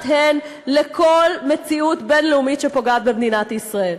"הן" לכל מציאות בין-לאומית שפוגעת במדינת ישראל.